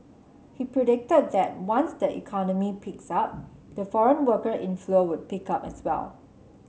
he predicted that once the economy picks up the foreign worker inflow would pick up as well